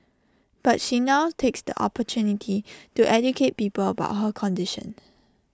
but she now takes the opportunity to educate people about her condition